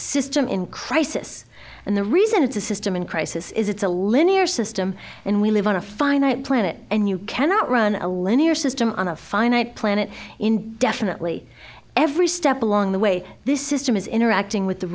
system in crisis and the reason it's a system in crisis is it's a linear system and we live on a finite planet and you cannot run a linear system on a finite planet indefinitely every step along the way this system is interacting with the